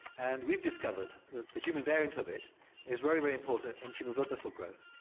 and we've discovered that the human variant of it is very, very important in tumour blood vessel growth,